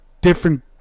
different